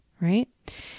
right